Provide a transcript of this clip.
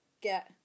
get